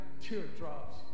teardrops